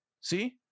See